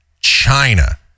China